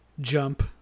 jump